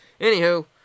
Anywho